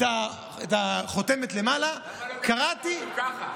את החותמת למעלה, קראתי, למה לא, אותו ככה?